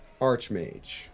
archmage